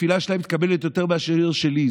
התפילה שלהם מתקבלת יותר מאשר שלי.